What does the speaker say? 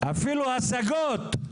אפילו הסגות.